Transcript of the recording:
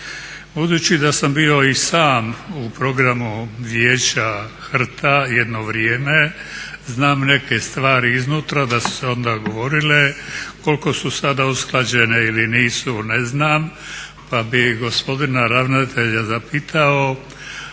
Budući da sam bio i sam u Programu Vijeća HRT-a jedno vrijeme znam neke stvari iznutra da su se onda govorile. Koliko su sada usklađene ili nisu ne znam pa bih gospodina ravnatelja zapitao